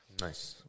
Nice